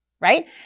right